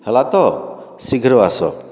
ହେଲା ତ ଶୀଘ୍ର ଆସ